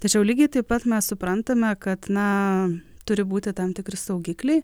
tačiau lygiai taip pat mes suprantame kad na turi būti tam tikri saugikliai